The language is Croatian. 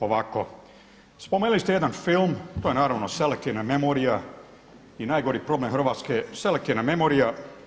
Ovako, spomenuli ste jedan film, to je naravno selektivna memorija i najgori problem Hrvatske selektivna memorija.